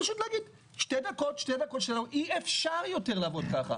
פשוט להגיד שתי דקות, אי אפשר יותר לעבוד ככה.